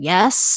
Yes